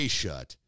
shut